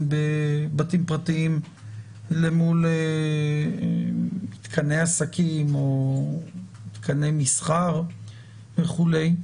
בבתים פרטיים למול הוצאתם בבתי עסקים או במתקני מסחר וכולי.